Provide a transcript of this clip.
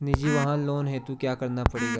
निजी वाहन लोन हेतु क्या करना पड़ेगा?